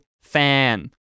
fan